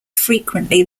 frequently